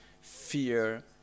fear